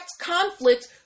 conflict